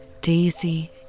Daisy